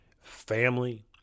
family